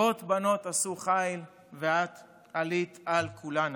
"רבות בנות עשו חיל ואת עלית על כלנה".